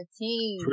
team